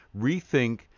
Rethink